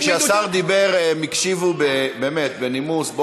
כשהשר דיבר הם הקשיבו באמת בנימוס.